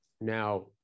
Now